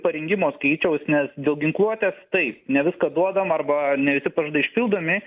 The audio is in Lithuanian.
parengimo skaičiaus nes dėl ginkluotės taip ne viską duodam arba ne visi pažadai išpildomi